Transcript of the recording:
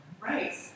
Right